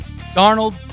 Darnold